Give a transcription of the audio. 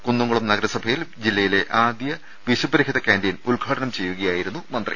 കുന്നംകുളം നഗരസഭയിൽ ജില്ലയിലെ ആദ്യ വിശപ്പുരഹിത കാന്റീൻ ഉദ്ഘാടനം ചെയ്യുകയായിരുന്നു മന്ത്രി